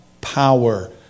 power